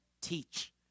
teach